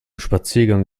spaziergang